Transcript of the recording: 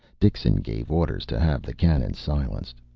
dixon gave orders to have the cannon silenced.